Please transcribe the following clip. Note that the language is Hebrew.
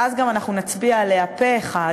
ואז גם אנחנו נצביע עליה פה-אחד,